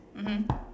mmhmm